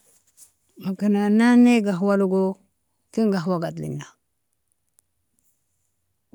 Makana naini gahwalogo ken gahwaga adlina.